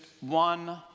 one